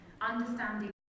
understanding